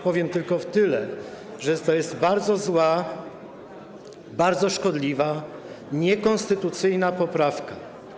Powiem tylko tyle, że to jest bardzo zła, bardzo szkodliwa, niekonstytucyjna poprawka.